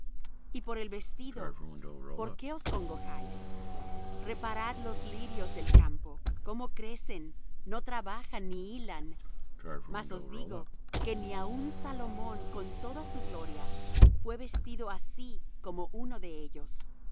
y por el vestido por qué os congojáis reparad los lirios del campo cómo crecen no trabajan ni hilan mas os digo que ni aun salomón con toda su gloria fué vestido así como uno de ellos